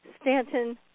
Stanton